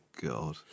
God